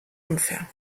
unfair